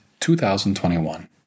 2021